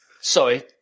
Sorry